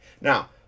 Now